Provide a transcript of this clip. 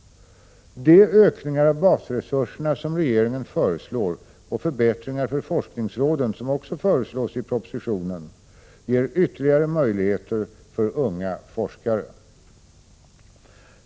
De ökningar av basresurserna som regeringen föreslår och förbättringar för forskningsråden som också föreslås i propositionen ger ytterligare möjligheter för unga forskare.